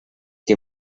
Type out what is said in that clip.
que